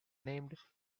named